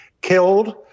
killed